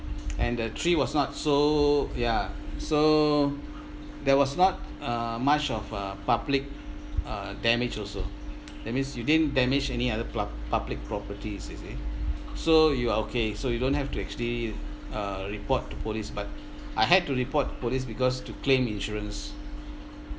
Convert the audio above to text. and the tree was not so ya so there was not uh much of uh public uh damage also that means you didn't damage any other plu~ public properties you see so you are okay so you don't have to actually uh report to police but I had to report police because to claim insurance